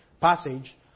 passage